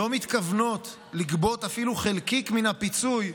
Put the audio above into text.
לא מתכוונות לגבות אפילו חלקיק מן הפיצוי,